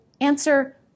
answer